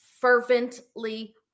fervently